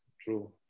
True